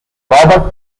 robert